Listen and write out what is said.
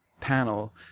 panel